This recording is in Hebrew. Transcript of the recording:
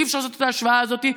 אי-אפשר לעשות את ההשוואה הזאת.